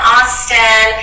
Austin